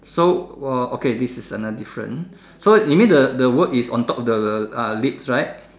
so !wah! okay this is another difference so you mean the the word is on top of the the the ah lips right